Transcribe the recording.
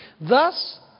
Thus